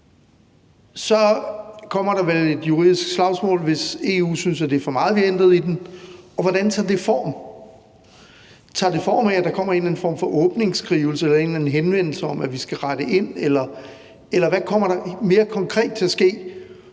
kommer der vel et juridisk slagsmål, hvis EU synes, der er for meget, vi ændrer i den, og hvordan tager det form? Tager det form af, at der kommer en eller anden form for åbningsskrivelse eller en eller anden henvendelse om, at vi skal rette ind, eller hvad kommer der mere konkret til at ske?